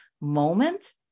moment